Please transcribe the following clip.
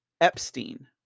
Epstein